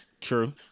True